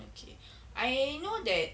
okay I know that